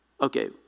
Okay